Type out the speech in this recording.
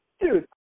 dude